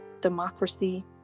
democracy